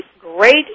great